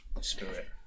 spirit